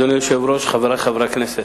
אדוני היושב-ראש, חברי חברי הכנסת,